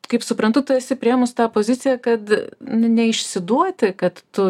kaip suprantu tu esi priėmus tą poziciją kad ne neišsiduoti kad tu